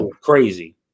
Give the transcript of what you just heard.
crazy